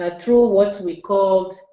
ah through what we called